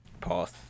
pause